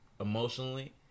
emotionally